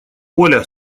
оля